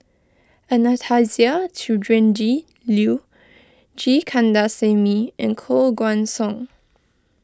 Anastasia Tjendri Liew G Kandasamy and Koh Guan Song